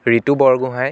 Ritu Borgohain